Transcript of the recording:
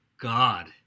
god